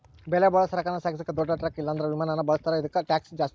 ಬೆಲೆಬಾಳೋ ಸರಕನ್ನ ಸಾಗಿಸಾಕ ದೊಡ್ ಟ್ರಕ್ ಇಲ್ಲಂದ್ರ ವಿಮಾನಾನ ಬಳುಸ್ತಾರ, ಇದುಕ್ಕ ಟ್ಯಾಕ್ಷ್ ಜಾಸ್ತಿ